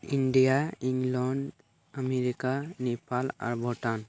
India England America Nepal ᱟᱨ ᱵᱷᱩᱴᱟᱱ